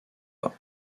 pas